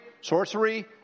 sorcery